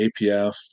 APF